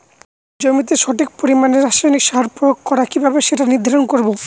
জমিতে সঠিক পরিমাণে রাসায়নিক সার প্রয়োগ করা কিভাবে সেটা নির্ধারণ করব?